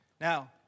Now